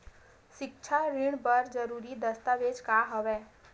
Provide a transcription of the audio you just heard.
सिक्छा ऋण बर जरूरी दस्तावेज का हवय?